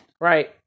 Right